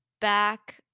back